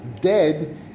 dead